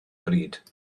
bryd